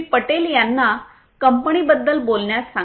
पटेल यांना कंपनीबद्दल बोलण्यास सांगा